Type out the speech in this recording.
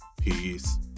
peace